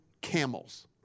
camels